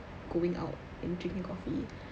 going out and drinking coffee